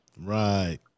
Right